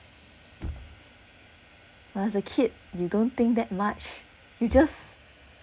when I was a kid you don't think that much you just